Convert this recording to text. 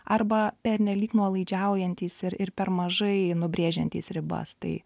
arba pernelyg nuolaidžiaujantys ir ir per mažai nubrėžiantys ribas tai